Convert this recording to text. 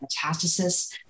metastasis